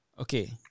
Okay